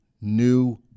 new